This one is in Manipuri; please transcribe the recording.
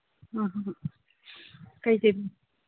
ꯑꯥ ꯑꯥ ꯀꯔꯤ ꯀꯔꯤ